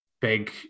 big